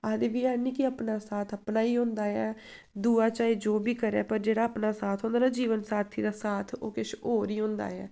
आखदे बी हैन कि अपना साथ अपना गै होंदा ऐ दूआ चाहे जो बी करै पर जेह्ड़ा अपना साथ होंदा ना जीवन साथी दा साथ ओह् किश होर गै होंदा ऐ